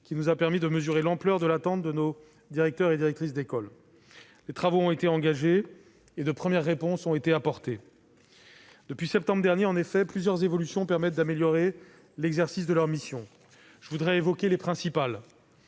qui nous a permis de mesurer l'ampleur de l'attente de nos directrices et directeurs d'école. Les travaux ont été engagés, et les premières réponses ont été apportées. Depuis septembre dernier, en effet, plusieurs évolutions permettent d'améliorer l'exercice de leurs missions. J'en évoquerai les principales.